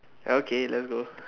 okay let's go